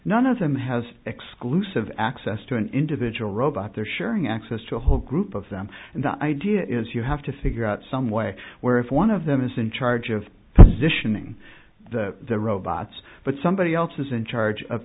none of them has exclusive access to an individual robot they're sharing access to a whole group of them and the idea is you have to figure out some way where if one of them is in charge of positioning the robots but somebody else is in charge of